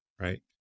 right